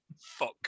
fuck